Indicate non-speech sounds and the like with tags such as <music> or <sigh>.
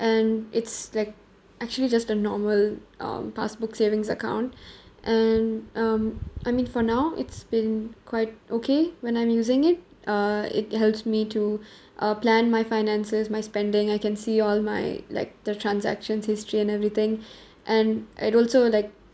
and it's like actually just a normal um passbook savings account <breath> and um I mean for now it's been quite okay when I'm using it uh it helps me to <breath> uh plan my finances my spending I can see all my like the transactions history and everything <breath> and and also like